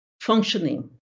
functioning